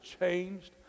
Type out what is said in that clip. changed